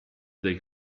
del